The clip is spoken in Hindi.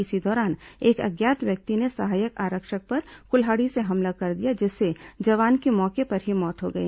इसी दौरान एक अज्ञात व्यक्ति ने सहायक आरक्षक पर कुल्हाड़ी से हमला कर दिया जिससे जवान की मौके पर ही मौत हो गई